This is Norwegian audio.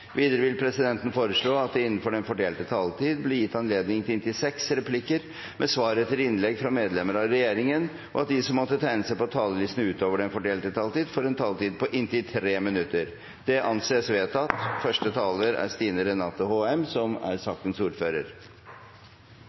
Videre vil presidenten foreslå at det blir gitt anledning til seks replikker med svar etter innlegg fra medlemmer av regjeringen innenfor den fordelte taletid, og at de som måtte tegne seg på talerlisten utover den fordelte taletid, får en taletid på inntil 3 minutter. – Det anses vedtatt. Stine Renate Håheim får ordet på vegne av sakens ordfører,